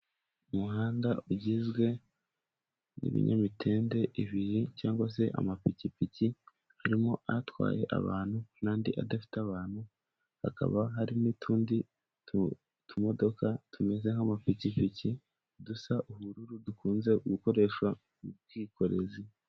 Umuhanda ugizwe n'iminyamitende ibiri cyangwa se amapikipiki, harimo atwaye abantu n'andi adafite abantu, hakaba hari n'utundi tumodoka tumeze nk'amapikipiki dusa ubururu dukunze gukoreshwa mu bwikorezi.